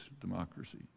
democracy